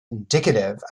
indicative